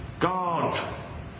God